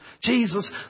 Jesus